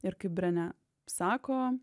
ir kaip brene sako